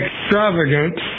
extravagant